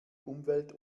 umwelt